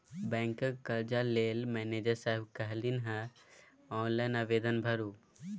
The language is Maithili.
बैंकक कर्जा लेल मनिजर साहेब कहलनि अहॅँ ऑनलाइन आवेदन भरू